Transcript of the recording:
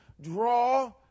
draw